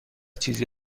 چیزی